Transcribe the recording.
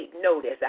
notice